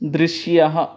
दृश्यः